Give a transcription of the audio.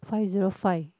five zero five